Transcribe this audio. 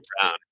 Brown